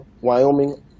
Wyoming